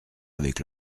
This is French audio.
avec